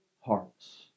hearts